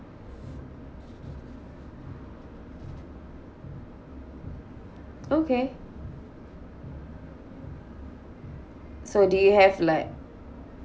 okay so do you have like